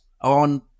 on